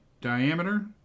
diameter